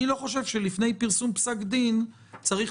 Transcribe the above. אני לא חושב שלפני פרסום פסק דין צריך